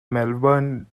melbourne